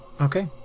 Okay